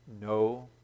no